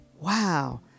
Wow